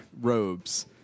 robes